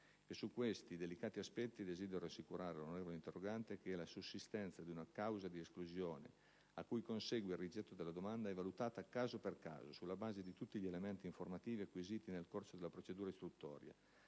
E su questi delicati aspetti desidero assicurare l'onorevole interrogante che la sussistenza di una causa di esclusione, a cui consegue il rigetto della domanda, è valutata caso per caso, sulla base di tutti gli elementi informativi acquisiti nel corso della procedura istruttoria,